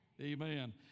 Amen